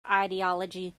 ideology